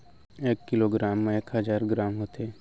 एक kilogram मा एक हजार ग्राम होथे